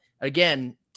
again